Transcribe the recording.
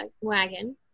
wagon